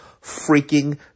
freaking